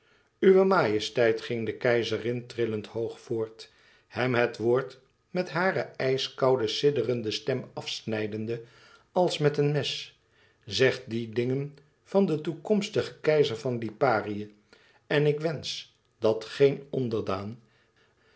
uwe majesteit ging de keizerin trillend hoog voort hem het woord met hare ijskoude sidderende stem afsnijdende als met een mes zegt die dingen van den toekomstigen keizer van liparië en ik wensch dat géen onderdaan